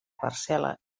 parcel·la